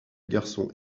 garçons